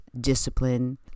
discipline